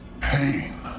Pain